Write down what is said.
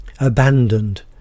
Abandoned